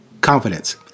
confidence